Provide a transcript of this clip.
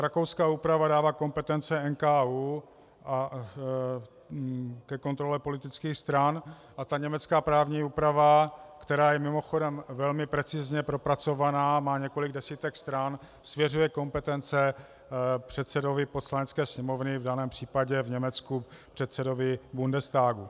Rakouská úprava dává kompetence NKÚ ke kontrole politických stran a německá právní úprava, která je mimochodem velmi precizně propracována a má několik desítek stran, svěřuje kompetence předsedovi Poslanecké sněmovny, v daném případě v Německu předsedovi Bundestagu.